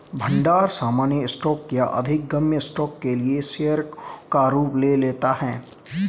भंडार सामान्य स्टॉक या अधिमान्य स्टॉक के लिए शेयरों का रूप ले लेता है